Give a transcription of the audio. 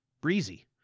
Breezy